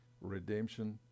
Redemption